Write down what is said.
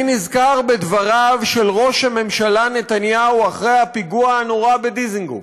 אני נזכר בדבריו של ראש הממשלה נתניהו אחרי הפיגוע הנורא בדיזנגוף.